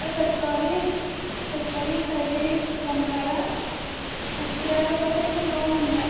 सत्तावीस सत्तावीस तारकेक दनपरां इकरा जावन णव मिनटां